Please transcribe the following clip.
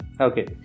Okay